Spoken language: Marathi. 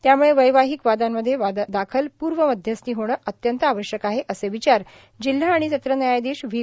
त्यामुळं वैवाहिक वादांमध्ये वादा दाखल पूर्व मध्यस्थी होणं अत्यंत आवश्यक आहे असे विचार जिल्हा आणि सत्र न्यायाधीश व्ही